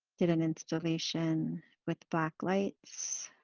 did an installation with black lights